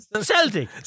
Celtic